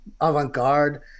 avant-garde